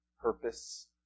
purpose